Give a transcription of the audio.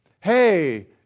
hey